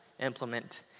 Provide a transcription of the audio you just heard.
Implement